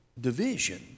division